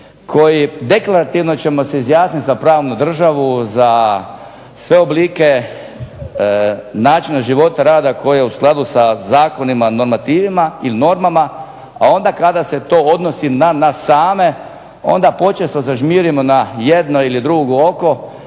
koji deklarativno ćemo se izjasniti za pravnu državu, za sve oblike načina života rada koji je u skladu sa zakonima, normativima, ili normama, a onda kada se to odnosi na nas same onda počesto zažmirimo na jedno ili drugo oko,